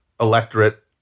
electorate